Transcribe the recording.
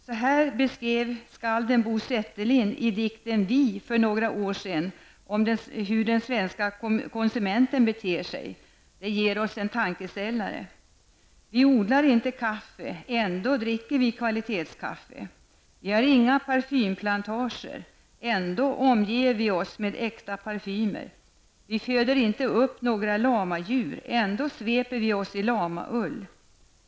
Så här beskrev skalden Bo Setterlind i dikten ''Vi'' för några år sedan hur den svenska konsumenten beter sig. Det ger oss en tankeställare: Vi odlar inte kaffe, ändå dricker vi kvalitetskaffe. Vi har inga parfymplantager, ändå omger vi oss med äkta parfymer. Vi föder inte upp några lamadjur, ändå sveper vi oss i lamaull.